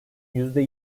yüzde